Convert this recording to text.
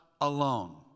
alone